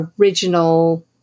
original